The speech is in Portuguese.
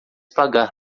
pagar